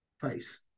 face